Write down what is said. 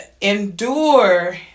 endure